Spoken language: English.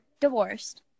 divorced